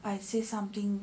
I say something